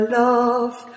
love